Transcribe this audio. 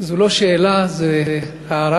זאת לא שאלה, זאת הערה.